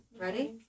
Ready